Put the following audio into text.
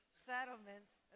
settlements